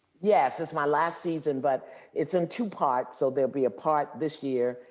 yes, it's my last season, but it's in two parts. so there'll be a part this year.